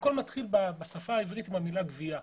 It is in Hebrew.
הכול מתחיל במשמעות העברית של המילה "גבייה".